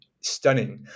stunning